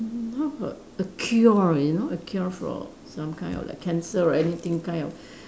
how about a cure you know a cure for some kind of like cancer or anything kind of